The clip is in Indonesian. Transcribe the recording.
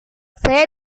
saya